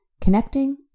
connecting